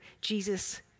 Jesus